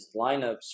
lineups